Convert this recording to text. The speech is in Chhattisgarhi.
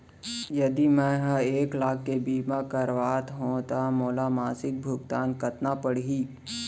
यदि मैं ह एक लाख के बीमा करवात हो त मोला मासिक भुगतान कतना पड़ही?